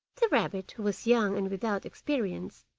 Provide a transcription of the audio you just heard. the rabbit, who was young and without experience,